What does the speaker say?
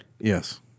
Yes